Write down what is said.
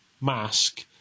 Mask